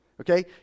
Okay